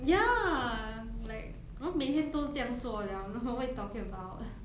ya like 我们每天都这样做 liao lor what you talking about